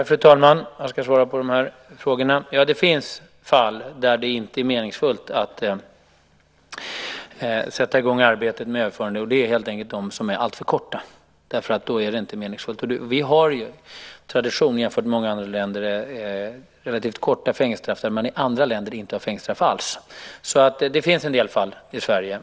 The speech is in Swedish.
Fru talman! Jag ska svara på frågorna. Det finns fall där det inte är meningsfullt att sätta i gång arbetet med överförande. Det gäller helt enkelt de straff som är alltför korta. Sverige har en tradition jämfört med många andra länder med relativt korta fängelsestraff där man i andra länder inte har fängelsestraff alls. Det finns alltså en del fall i Sverige.